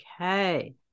Okay